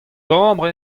gambr